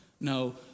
No